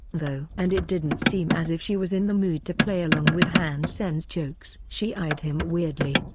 though. and it didn't seem as if she was in the mood to play along with han sen's jokes. she eyed him weirdly,